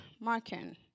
Marken